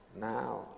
Now